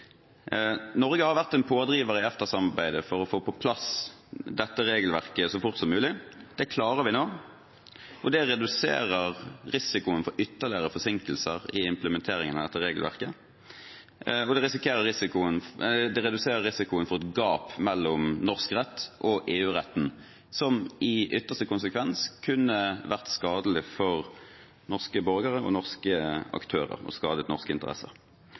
Norge har vært en pådriver i EFTA-samarbeidet for å få på plass dette regelverket så fort som mulig. Det klarer vi nå. Det reduserer risikoen for ytterligere forsinkelser i implementeringen av dette regelverket, og det reduserer risikoen for et gap mellom norsk rett og EU-retten, som i ytterste konsekvens kunne vært skadelig for norske borgere og norske aktører og skadet norske interesser.